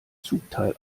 zugteil